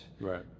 right